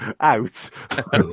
out